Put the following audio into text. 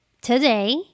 Today